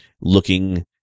looking